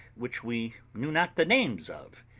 which we knew not the names of.